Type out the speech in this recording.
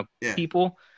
people